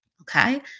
Okay